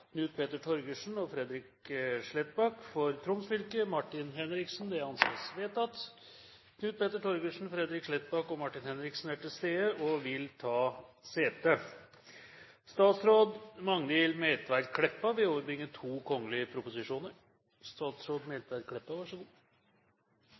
Knut Petter Torgersen og Fredrik SletbakkFor Troms fylke: Martin Henriksen Knut Petter Torgersen, Fredrik Sletbakk og Martin Henriksen er til stede og vil ta sete. Før sakene på dagens kart tas opp til behandling, vil